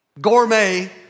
gourmet